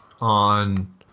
on